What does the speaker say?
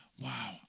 Wow